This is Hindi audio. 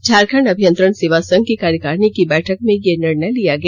झारखंड अभियंत्रण सेवा संघ की कार्यकारिणी की बैठक में यह निर्णय लिया गया